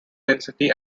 density